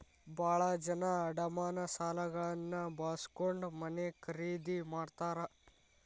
ಭಾಳ ಜನ ಅಡಮಾನ ಸಾಲಗಳನ್ನ ಬಳಸ್ಕೊಂಡ್ ಮನೆ ಖರೇದಿ ಮಾಡ್ತಾರಾ